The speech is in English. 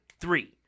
three